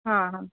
हा हा